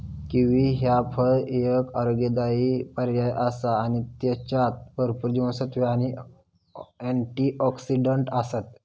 kiwi ह्या फळ एक आरोग्यदायी पर्याय आसा आणि त्येच्यात भरपूर जीवनसत्त्वे आणि अँटिऑक्सिडंट आसत